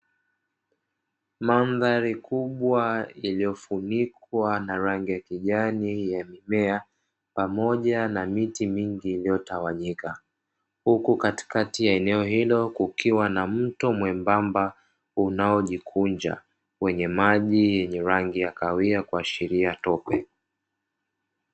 Mandhari kubwa iliyofunikwa na rangi ya kijani ya mimea pamoja na miti mingi iliyotawanyika, huku katikati ya eneo hilo kukiwa na mto mwembamba unaojikunja wenye maji ya rangi ya kahawia, unaoashiria tope.